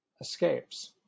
escapes